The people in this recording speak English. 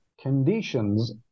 conditions